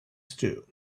stew